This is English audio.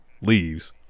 leaves